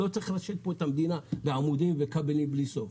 לא צריך לרשת פה את המדינה בעמודים ובכבלים בלי סוף.